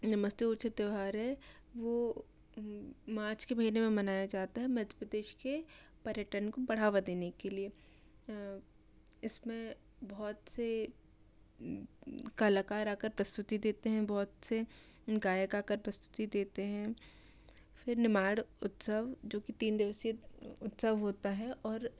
नमस्ते उच्च त्यौहार है वो मार्च के महीने में मनाया जाता है मध्य प्रदेश के पर्यटन को बढ़ावा देने के लिए इसमें बहुत से कलाकार आ कर प्रस्तुति देते हैं बहुत से गायक आ कर प्रस्तुति देते हैं फिर निर्माण उत्सव जो कि तीन दिवसीय उत्सव होता है और